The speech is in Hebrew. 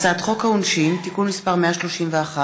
הצעת חוק העונשין (תיקון מס' 131),